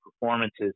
performances